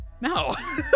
No